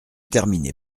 terminer